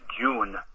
june